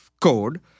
code